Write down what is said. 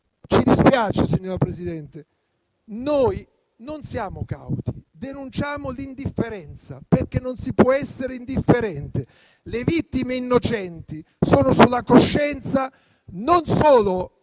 ci dispiace, signora Presidente, noi non siamo cauti - denunciamo l'indifferenza, perché non si può essere indifferenti. Le vittime innocenti sono sulla coscienza non solo